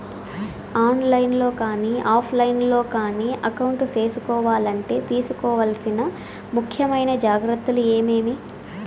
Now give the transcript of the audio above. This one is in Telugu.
ఆన్ లైను లో కానీ ఆఫ్ లైను లో కానీ అకౌంట్ సేసుకోవాలంటే తీసుకోవాల్సిన ముఖ్యమైన జాగ్రత్తలు ఏమేమి?